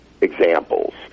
examples